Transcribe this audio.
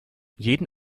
jeden